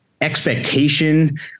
expectation